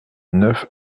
neuf